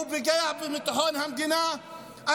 הוא פוגע בביטחון המדינה.